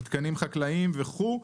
מתקנים חקלאיים וכולי,